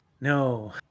No